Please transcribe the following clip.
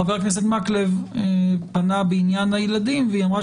חבר הכנסת מקלב פנה בעניין הילדים והיא אמרה